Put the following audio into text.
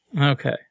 Okay